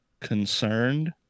concerned